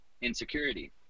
insecurity